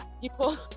people